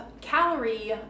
calorie